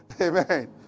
amen